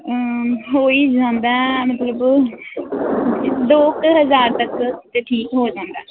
ਹੋਈ ਜਾਂਦਾ ਮਤਲਬ ਦੋ ਹਜ਼ਾਰ ਤੱਕ ਠੀਕ ਹੋ ਜਾਂਦਾ